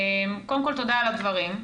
קודם כל תודה על הדברים,